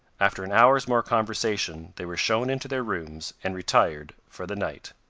after an hour's more conversation, they were shown into their rooms, and retired for the night.